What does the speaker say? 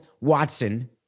Watson